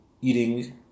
eating